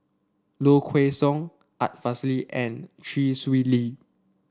Low Kway Song Art Fazil and Chee Swee Lee